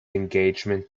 engagement